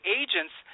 agents